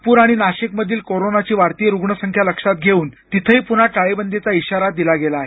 नागपूर आणि नाशिकमधील कोरोनाची वाढती रुग्णसंख्या लक्षात घेऊन तिथंही पुन्हा टाळेबंदीचा इशारा दिला गेला आहे